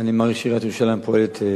אני מעריך שעיריית ירושלים פועלת,